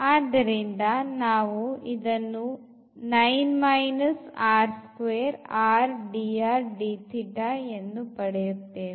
ಆದ್ದರಿಂದ ನಾವು 9 r dr dθ ಅನ್ನು ಪಡೆಯುತ್ತೇವೆ